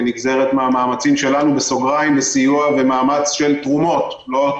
כנגזרת מהמאמצים שלנו (סיוע במאמץ של תרומות ולא רק